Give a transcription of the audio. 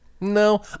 No